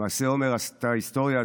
למעשה, עומר עשתה היסטוריה.